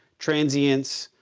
transients,